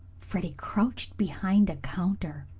freddie crouched behind a counter.